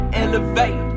elevate